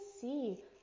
see